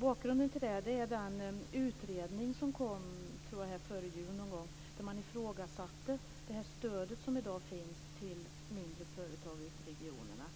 Bakgrunden till min interpellation är den utredning som kom före jul någon gång där man ifrågasatte stödet som i dag finns till mindre företag ute i regionerna.